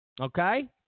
Okay